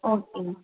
okay ma'am